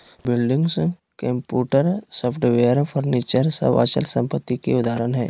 buildings, computer, software, furniture सब अचल संपत्ति के उदाहरण हय